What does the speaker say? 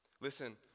Listen